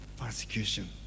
persecution